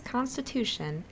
Constitution